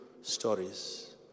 stories